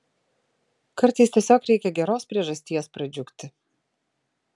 kartais tiesiog reikia geros priežasties pradžiugti